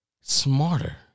smarter